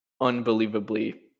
unbelievably